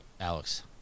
Alex